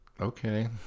okay